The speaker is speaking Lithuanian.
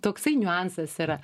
toksai niuansas yra